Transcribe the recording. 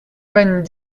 vingt